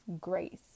grace